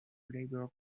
labor